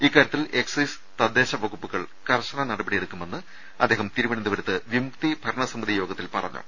ഇക്കാര്യ ത്തിൽ എക്സൈസ് തദ്ദേശ വകുപ്പുകൾ കർശന നടപടിയെടുക്കുമെന്ന് അദ്ദേഹം തിരുവനന്തപുരത്ത് വിമുക്തി ഭരണസമിതി യോഗത്തിൽ പറഞ്ഞു